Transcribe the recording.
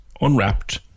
unwrapped